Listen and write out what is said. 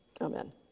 Amen